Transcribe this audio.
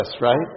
right